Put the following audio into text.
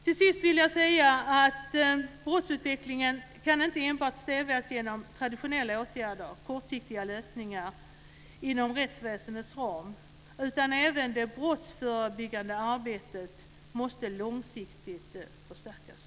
Till sist vill jag säga att brottsutvecklingen inte enbart kan stävjas genom traditionella åtgärder och kortsiktiga lösningar inom rättsväsendets ram. Även det brottsförebyggande arbetet måste långsiktigt förstärkas.